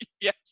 Yes